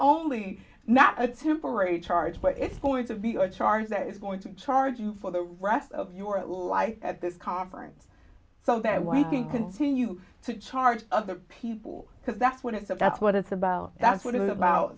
only not a temporary charge but it's going to be a charge that is going to charge you for the rest of your life at this conference something that we can continue to charge other people because that's when it's up that's what it's about that's what it is about